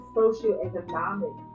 socioeconomic